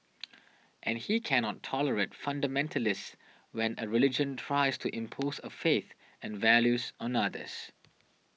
and he cannot tolerate fundamentalists when a religion tries to impose a faith and values on others